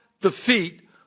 defeat